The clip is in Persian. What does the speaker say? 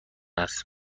است